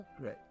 great